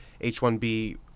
H-1B